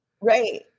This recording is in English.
right